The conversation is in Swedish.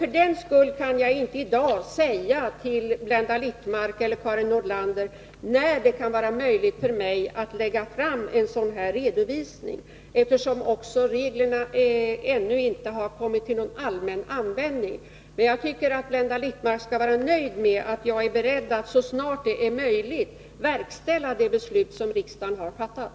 För den skull kan jag inte i dag till Blenda Littmarck eller Karin Nordlander säga när det kan vara möjligt för mig att lägga fram en sådan här redovisning, eftersom reglerna ännu inte har kommit till allmän användning. Jag tycker att Blenda Littmarck skall vara nöjd med att jag är beredd att så snart det är möjligt verkställa det beslut som riksdagen har fattat.